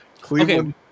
Cleveland